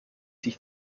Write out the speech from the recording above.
sich